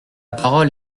parole